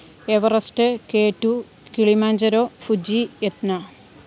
Everest കേറ്റു Kilimanjaro Fuji യെത്ന